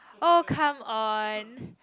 oh come on